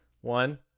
One